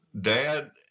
dad